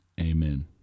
Amen